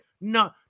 No